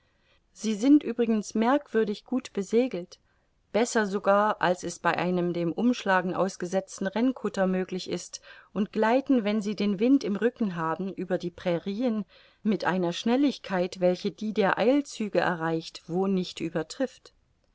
sie sind übrigens merkwürdig gut besegelt besser sogar als es bei einem dem umschlagen ausgesetzten renn kutter möglich ist und gleiten wenn sie den wind im rücken haben über die prairien mit einer schnelligkeit welche die der eilzüge erreicht wo nicht übertrifft